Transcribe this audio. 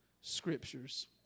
scriptures